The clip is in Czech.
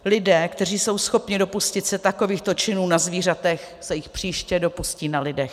Lidé, kteří jsou schopni se dopustit takovýchto činů na zvířatech, se jich příště dopustí na lidech.